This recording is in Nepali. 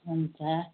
हुन्छ